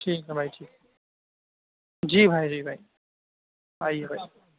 ٹھیک ہے بھائی ٹھیک جی بھائی جی بھائی آئیے بس